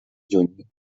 juny